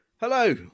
Hello